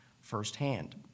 firsthand